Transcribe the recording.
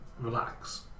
relax